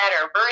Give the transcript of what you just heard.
better